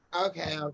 okay